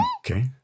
Okay